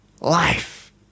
life